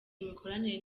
imikoranire